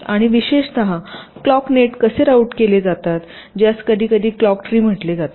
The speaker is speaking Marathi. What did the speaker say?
आणि विशेषतः क्लोक नेट कसे राउट केले जातात ज्यास कधीकधी क्लोक ट्री म्हटले जाते